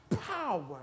power